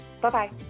Bye-bye